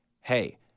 hey